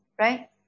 right